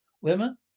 women